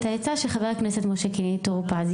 העצה של חבר הכנסת משה (קינלי) טור פז,